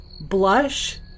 blush